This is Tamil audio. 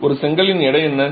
ஒரு செங்கலின் எடை என்ன